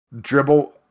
Dribble